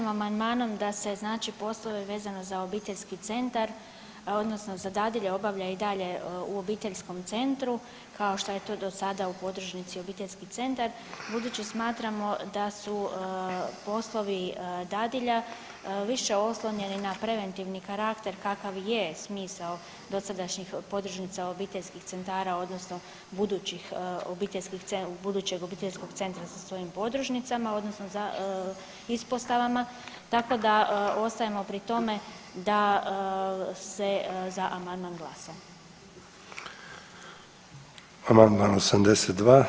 Mi tražimo amandmanom da se znači poslove vezano za obiteljski centar odnosno za dadilje obavlja i dalje u obiteljskom centru kao što je to do sada u podružnici obiteljski centar budući smatramo da su poslovi dadilja više oslonjeni na preventivni karakter kakav je smisao dosadašnjih podružnica obiteljskih centara odnosno budućih obiteljskih, budućeg obiteljskog centra sa svojim podružnicama odnosno ispostavama tako da ostajemo pri tome da se za amandman glasa.